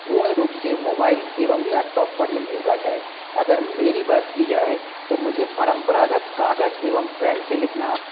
पूर्ण रूप से मोबाईल एवं लैपटॉप पर ही निर्भर है अगर मेरी बात की जाए तो मुझे परंपरागत कागज एवं पेन से लिखना